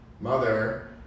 mother